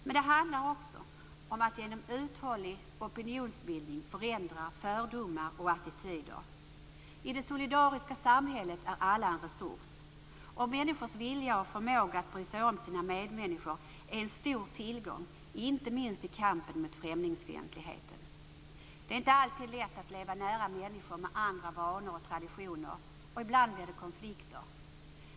Men det handlar också om att genom uthållig opinionsbildning förändra fördomar och attityder. I det solidariska samhället är alla en resurs. Människors vilja och förmåga att bry sig om sina medmänniskor är en stor tillgång, inte minst i kampen mot främlingsfientligheten. Det är inte alltid lätt att leva nära människor med andra vanor och traditioner, och ibland blir det konflikter.